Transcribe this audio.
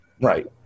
Right